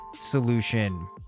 solution